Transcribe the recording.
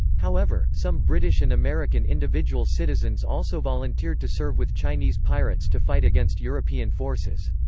however, some british and american individual citizens also volunteered to serve with chinese pirates to fight against european forces.